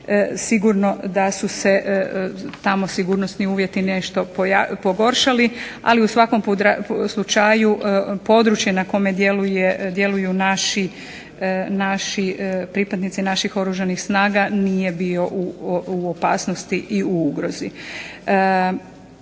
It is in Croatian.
sigurno da su se tamo sigurnosni uvjeti pogoršali, ali u svakom slučaju područje na kome djeluju naši pripadnici naših oružanih snaga nije bio u opasnosti i ugrozi.